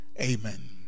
Amen